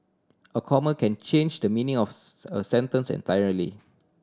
a comma can change the meaning of a sentence entirely